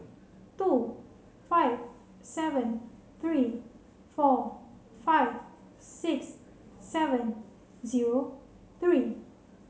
two five seven three four five six seven zero three